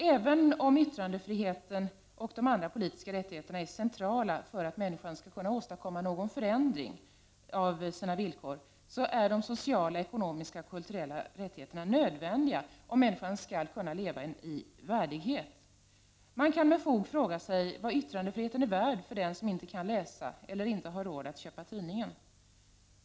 Även om yttrandefriheten och de andra politiska rättigheterna är centrala för att människan skall kunna åstadkomma någon förändring av sina villkor, är de sociala, ekonomiska och kulturella rättigheterna nödvändiga om människan skall kunna leva i värdighet. Man kan med fog fråga sig vad yttrandefriheten är värd för den som inte kan läsa eller inte har råd att köpa tidningen.